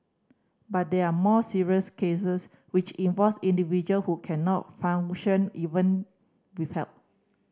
but there are more serious cases which involves individual who cannot even with help